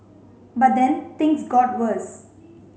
but then things got worse